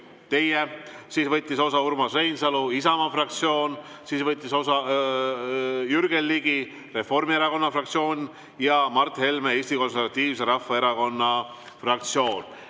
teie; siis võttis osa Urmas Reinsalu, Isamaa fraktsioon, siis võttis osa Jürgen Ligi, Reformierakonna fraktsioon, ja Mart Helme, Eesti Konservatiivse Rahvaerakonna fraktsioon.